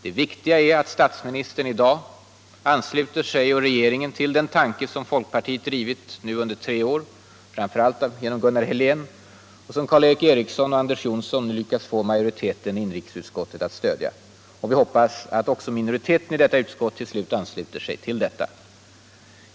Det viktiga är att statsministern i dag ansluter sig och regeringen till den tanke folkpartiet drivit nu under tre år framför allt genom Gunnar Helén och som Karl-Erik Eriksson och Anders Jonsson nu lyckats få majoriteten i inrikesutskottet att stödja. Vi hoppas att också minoriteten i utskottet till slut ansluter sig till detta.